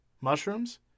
mushrooms